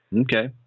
Okay